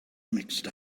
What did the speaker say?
mixed